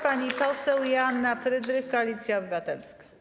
Pani poseł Joanna Frydrych, Koalicja Obywatelska.